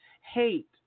Hate